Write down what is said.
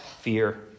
fear